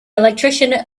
electrician